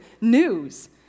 news